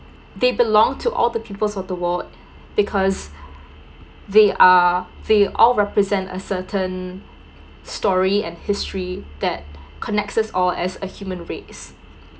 they belong to all the peoples of the world because they are they all represent a certain story and history that connects us all as a human race